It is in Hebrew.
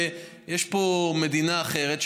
שיש פה מדינה אחרת,